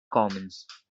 commons